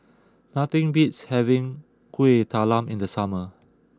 nothing beats having Kuih Talam in the summer